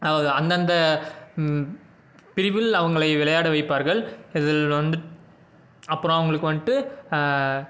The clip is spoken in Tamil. அதாவது அந்தந்த பிரிவில் அவங்களை விளையாட வைப்பார்கள் இதில் வந்து அப்புறம் அவங்களுக்கு வந்துட்டு